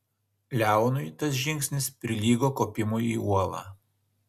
leonui tas žingsnis prilygo kopimui į uolą